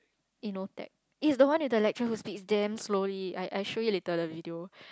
tech eh it's the one is the lecturer who speak damn slowly I I show you later the video